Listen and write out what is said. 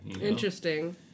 Interesting